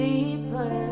Deeper